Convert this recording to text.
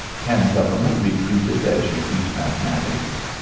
can government be treated as you treat mathematics?